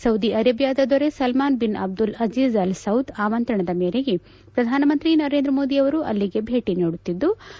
Saudi ಅರೇಬಿಯಾದ ದೊರೆ Salman bin Abdul Aziz Al Saud ಆಮಂತ್ರಣದ ಮೇರೆಗೆ ಪ್ರಧಾನಮಂತ್ರಿ ನರೇಂದ್ರ ಮೋದಿ ಅವರು ಅಲ್ಲಿಗೆ ಭೇಟಿ ನೀಡುತ್ತಿದ್ಲು